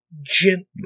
gently